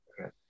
Okay